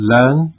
Learn